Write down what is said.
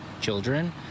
children